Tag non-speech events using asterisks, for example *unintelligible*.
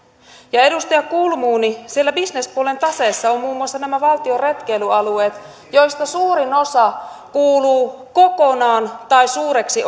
ja edustaja kulmuni siellä bisnespuolen taseessa ovat muun muassa nämä valtion retkeilyalueet joista suurin osa osa kuuluu kokonaan tai suureksi *unintelligible*